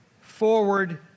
forward